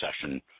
session